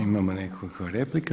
Imamo nekoliko replika.